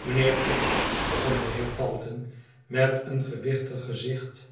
mijnheer tibbs begon de heer calton met een gewichtig gezicht